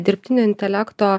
dirbtinio intelekto